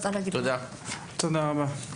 תודה רבה.